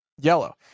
yellow